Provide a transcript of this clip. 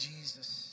Jesus